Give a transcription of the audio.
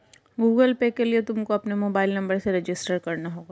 Google Pay के लिए तुमको अपने मोबाईल नंबर से रजिस्टर करना होगा